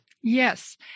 Yes